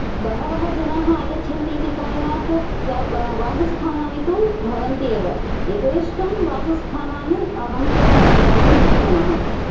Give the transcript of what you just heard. बहवः जनाः आगच्छान्ति इति कारणात् वा वासस्थानानि तु भवन्त्येव यथेष्टं वासस्थानानि हम्प्यां वयं प्राप्तुं शक्नुमः